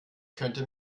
könnte